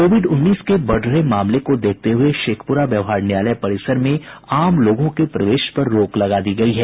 Covid उन्नीस के बढ़ रहे मामले को देखते हुये शेखपुरा व्यवहार न्यायालय परिसर में आम लोगों के प्रवेश पर रोक लगा दी गयी है